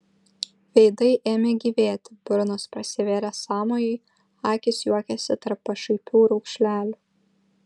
veidai ėmė gyvėti burnos prasivėrė sąmojui akys juokėsi tarp pašaipių raukšlelių